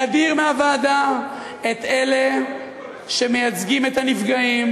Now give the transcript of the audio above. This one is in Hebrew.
להדיר מהוועדה את אלה שמייצגים את הנפגעים,